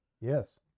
Yes